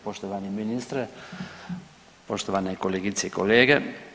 Poštovani ministre, poštovane kolegice i kolege.